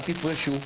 אל תפרשו,